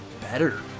better